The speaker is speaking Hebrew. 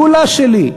כולה שלי,